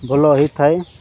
ଭଲ ହୋଇଥାଏ